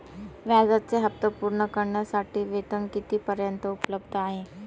व्याजाचे हप्ते पूर्ण करण्यासाठी वेतन किती पर्यंत उपलब्ध आहे?